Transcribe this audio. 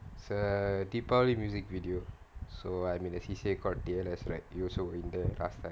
it's a deepavali music video so I mean as he say got T_L_S right you also when the last time